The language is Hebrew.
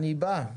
אני בא.